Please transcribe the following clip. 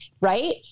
right